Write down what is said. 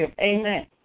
Amen